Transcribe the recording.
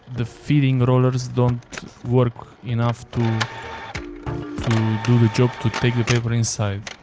the feeding rollers don't work enough to do the job. to take the paper inside.